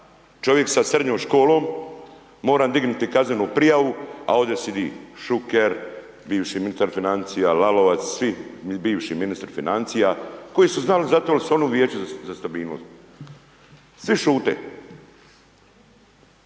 čovjek sa srednjom školom moram dignuti kaznenu prijavu a ovdje sjedi Šuker, bivši ministar financija Lalovac, svi bivši ministri financija koji su znali zato jer su oni u Vijeću za stabilnost. Svi šute.